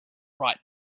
right